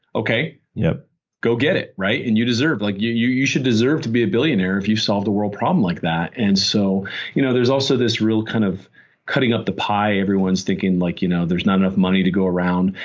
okay. you know go get it. right? and you deserve. like you you should deserve to be a billionaire if you solved a world problem like that. and so you know there's also this real kind of cutting up the pie everyone's thinking like you know there's not enough money to go around.